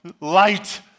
light